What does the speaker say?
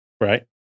Right